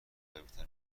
قویتر